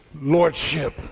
lordship